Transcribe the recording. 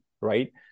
right